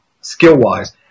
skill-wise